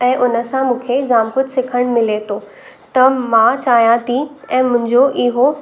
ऐं उनसां मूंखे जाम कुझु सिखणु मिले थो त मां चाहियां थी ऐं मुंहिंजो इहो